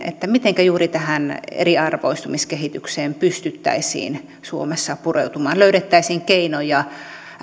mitenkä juuri tähän eriarvoistumiskehitykseen pystyttäisiin suomessa pureutumaan löydettäisiin keinoja